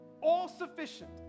all-sufficient